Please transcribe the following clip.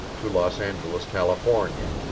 to los angeles, california.